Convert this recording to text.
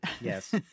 Yes